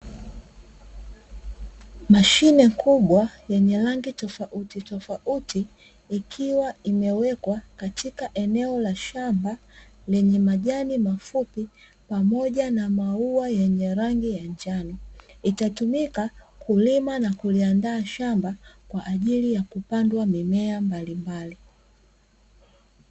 Mashine kubwa yenye rangi tofautitofauti, ikiwa imewekwa katika eneo la shamba, lenye majani mafupi pamoja na maua yenye rangi ya njano. Itatumika kulima na kuliandaa shamba, kwa ajili ya kupandwa mimea mbalimbali.